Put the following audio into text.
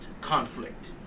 conflict